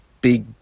big